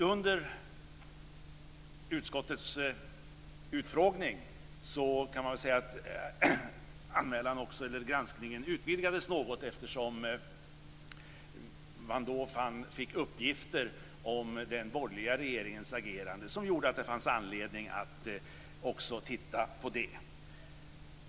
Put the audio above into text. Under utskottets utfrågning utvidgades granskningen något, eftersom man då fick uppgifter om den borgerliga regeringens agerande som gjorde att det fanns anledning att också titta på det.